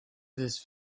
this